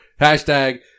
hashtag